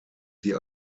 sie